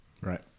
Right